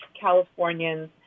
Californians